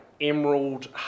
emerald